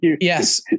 yes